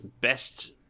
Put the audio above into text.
best